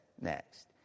next